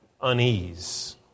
unease